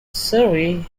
surrey